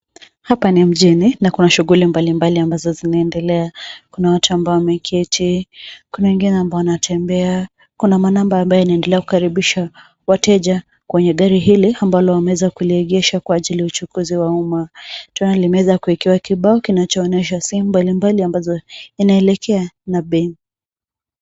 Hapa ni mjini na kuna shughuli mbalimbali ambazo zinaedelea. Kuna watu ambao wameketi, kuna wengine ambao wanatembea, kuna manaba ambaye anaedelea kukaribisha wateja kwenye gari hili ambalo wameeza kuliegesha kwa ajili ya uchukuzi wa umma. Tunaona limeweza kuwekewa kibao kinachonyesha sehemu mbalimbali ambazo inaelekea na bei